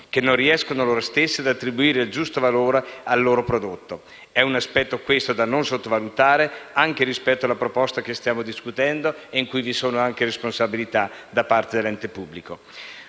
che non riescono essi stessi ad attribuire il giusto valore al loro prodotto: si tratta di un aspetto da non sottovalutare anche rispetto alla proposta che stiamo discutendo e in cui vi sono altresì responsabilità da parte dell'ente pubblico.